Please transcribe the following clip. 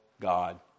God